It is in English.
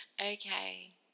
Okay